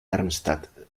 darmstadt